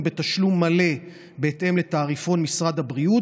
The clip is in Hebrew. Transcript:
בתשלום מלא בהתאם לתעריפון משרד הבריאות.